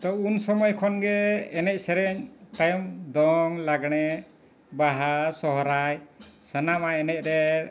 ᱛᱚ ᱩᱱ ᱥᱚᱢᱚᱭ ᱠᱷᱚᱱ ᱜᱮ ᱮᱱᱮᱡ ᱥᱮᱨᱮᱧ ᱛᱟᱭᱚᱢ ᱫᱚᱝ ᱞᱟᱜᱽᱬᱮ ᱵᱟᱦᱟ ᱥᱚᱦᱨᱟᱭ ᱥᱟᱱᱟᱢᱟᱜ ᱮᱱᱮᱡ ᱨᱮ